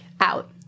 Out